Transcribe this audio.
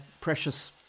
precious